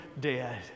dead